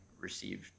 received